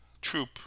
troop